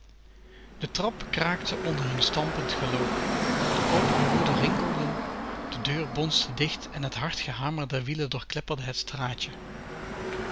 de trap kraakte onder hun stampend geloop de koperen roeden rinkelden de deur bonste dicht en het hard gehamer der wielen doorklepperde het straatje